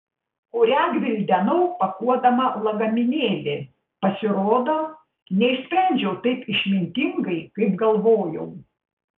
kurią gvildenau pakuodama lagaminėlį pasirodo neišsprendžiau taip išmintingai kaip galvojau